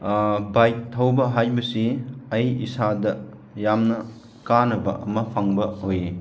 bike ꯊꯧꯕ ꯍꯥꯏꯕꯁꯤ ꯑꯩ ꯏꯁꯥꯗ ꯌꯥꯝꯅ ꯀꯥꯟꯅꯕ ꯑꯃ ꯐꯪꯕ ꯑꯣꯏꯌꯦ